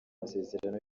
amasezerano